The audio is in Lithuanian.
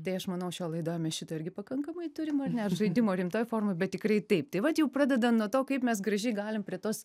tai aš manau šioj laidoj mes šito irgi pakankamai turim ar ne žaidimo rimtoj formoj bet tikrai taip tai vat jau pradedan nuo to kaip mes gražiai galim prie tos